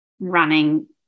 running